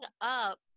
up